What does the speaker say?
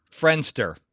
Friendster